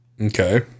Okay